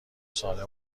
سالم